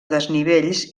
desnivells